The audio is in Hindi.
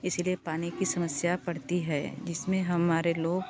इसी लिए पानी की समस्या पड़ती है जिस में हमारे लोग